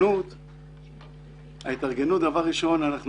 דבר ראשון,